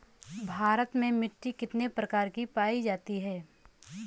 भारत में मिट्टी कितने प्रकार की पाई जाती हैं?